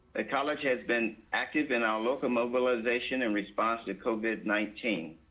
the college has been active in our local mobilization and response to covid nineteen.